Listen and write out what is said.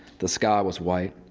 the sky was white.